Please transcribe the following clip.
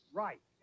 right